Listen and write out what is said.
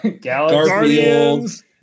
Guardians